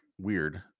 weird